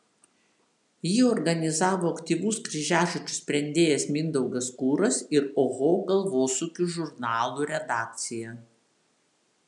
jį organizavo aktyvus kryžiažodžių sprendėjas mindaugas kuras ir oho galvosūkių žurnalų redakcija